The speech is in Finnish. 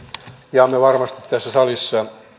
jaamme varmasti tässä salissa